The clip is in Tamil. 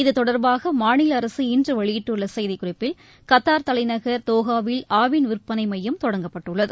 இத்தொடர்பாக மாநில அரசு இன்று வெளியிட்டுள்ள செய்திக்குறிப்பில் கத்தார் தலைநகர் தோஹாவில் ஆவின் விற்பனை மையம் தொடங்கப்பட்டுள்ளது